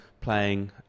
playing